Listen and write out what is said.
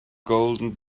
golden